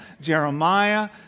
Jeremiah